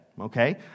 okay